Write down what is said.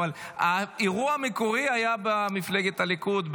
אבל האירוע המקורי היה במפלגת הליכוד,